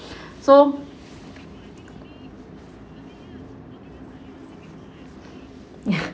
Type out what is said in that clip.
so ya